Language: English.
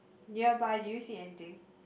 nearby do you see anything